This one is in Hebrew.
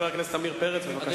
חבר הכנסת עמיר פרץ, בבקשה.